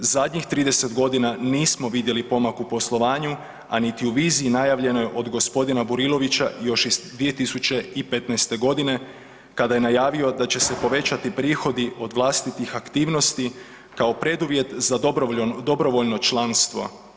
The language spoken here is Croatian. Zadnjih 30 godina nismo vidjeli pomak u poslovanju, a niti u viziji najavljenoj od gospodina Bulirovića još iz 2015. godine kada je najavio da će se povećati prihodi od vlastitih aktivnosti kao preduvjet za dobrovoljno članstvo.